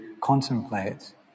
contemplate